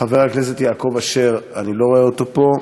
חבר הכנסת יעקב אשר, אני לא רואה אותו פה,